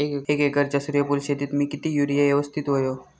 एक एकरच्या सूर्यफुल शेतीत मी किती युरिया यवस्तित व्हयो?